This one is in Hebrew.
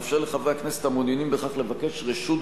המאפשר לחברי הכנסת המעוניינים בכך לבקש רשות